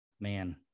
man